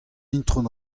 itron